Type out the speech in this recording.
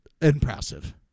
impressive